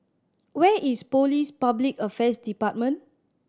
where is Police Public Affairs Department